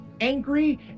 angry